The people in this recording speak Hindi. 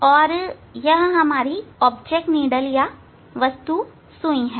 और यह वस्तु सुई है